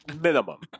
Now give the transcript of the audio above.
Minimum